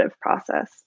process